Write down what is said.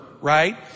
right